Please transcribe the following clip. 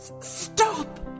stop